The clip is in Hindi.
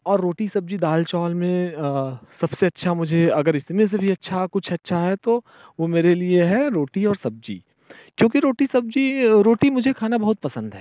और रोटी सब्जी दाल चावल में सबसे अच्छा मुझे अगर इसमें से भी अच्छा कुछ अच्छा है तो वो मेरे लिए है रोटी और सब्जी क्योंकि रोटी सब्जी रोटी मुझे खाना बहुत पसंद है